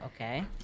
okay